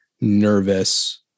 nervous